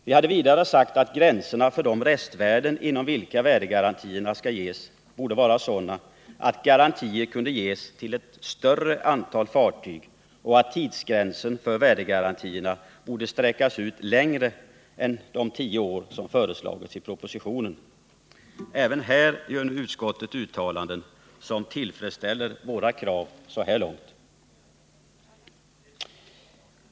Vi har vidare sagt att gränserna för de restvärden inom vilka värdegarantierna skall ges borde vara sådana att garantier kunde ges till större antal fartyg och att de borde gälla en längre tid än tio år, som föreslagits i propositionen. Även här gör nu utskottet uttalanden, som tillfredsställer våra krav så här långt.